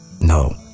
no